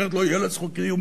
כי אחרת לא תהיה לה זכות קיום,